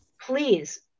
please